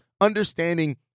understanding